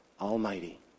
Almighty